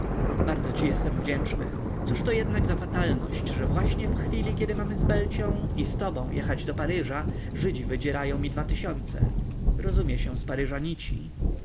bardzo ci jestem wdzięczny cóżto jednak za fatalność że właśnie w chwili kiedy mamy z belcią i z tobą jechać do paryża żydzi wydzierają mi dwa tysiące rozumie się z paryża nic